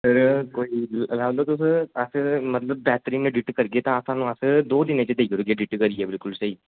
होर अस मतलब अगर बेहतरीन एडिट करगे ते सानूं अस दौ दिन च करी देगे एडिट करियै स्हेई